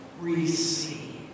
receive